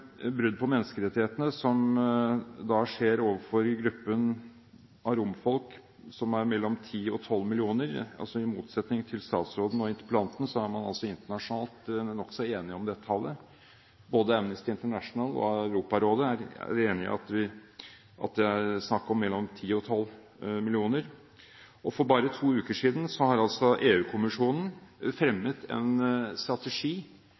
overfor gruppen av romfolk, som utgjør mellom 10 og 12 millioner mennesker. I motsetning til statsråden og interpellanten er man internasjonalt nokså enig om det tallet. Både Amnesty International og Europarådet er enig i at det er snakk om mellom 10 og 12 millioner. For bare to uker siden fremmet EU-kommisjonen en strategi for hvordan medlemsstatene skal ordne opp og inkludere romfolket på sine ansvarsområder, men de begynner sin strategi